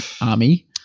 Army